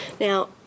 Now